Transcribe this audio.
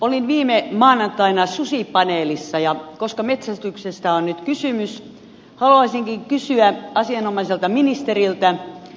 olin viime maanantaina susipaneelissa ja koska metsästyksestä on nyt kysymys haluaisinkin kysyä asianomaiselta ministeriltä